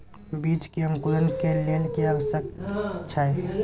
बीज के अंकुरण के लेल की आवश्यक छै?